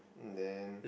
then